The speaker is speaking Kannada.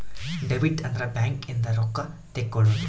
ಡೆಬಿಟ್ ಅಂದ್ರ ಬ್ಯಾಂಕ್ ಇಂದ ರೊಕ್ಕ ತೆಕ್ಕೊಳೊದು